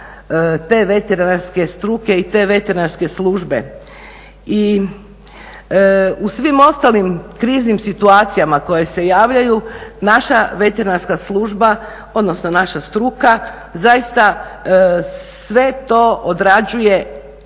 te veterinarske struke i te veterinarske službe. I u svim ostalim kriznim situacijama koje se javljaju naša veterinarska služba, odnosno naša struka zaista sve to odrađuje